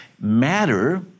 matter